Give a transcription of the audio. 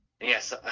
Yes